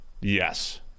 Yes